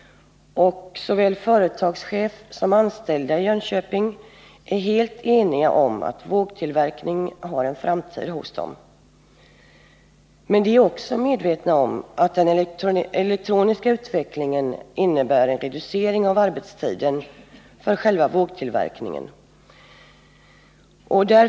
Såväl företagschef som anställda i Jönköping är också helt eniga om att vågtillverkningen har en framtid hos dem. Men de är också medvetna om att den elektroniska utvecklingen innebär en reducering av arbetstiden för själva vågtillverkningen.